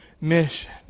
mission